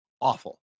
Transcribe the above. awful